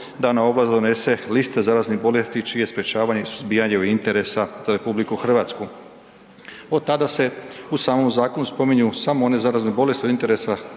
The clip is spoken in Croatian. dana ovlast da donese liste zaraznih bolesti čije je sprječavanje i suzbijanje od interesa za RH. Od tada se u samom zakonu spominju samo one zarazne bolesti od interesa